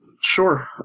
Sure